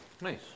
Nice